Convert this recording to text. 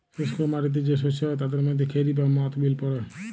শুস্ক মাটিতে যে শস্য হ্যয় তাদের মধ্যে খেরি বা মথ বিল পড়ে